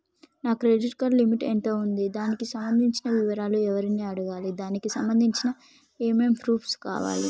నా credit limit ఎంత ఉంది? దానికి సంబంధించిన వివరాలు ఎవరిని అడగాలి? దానికి సంబంధించిన ఏమేం ప్రూఫ్స్ కావాలి?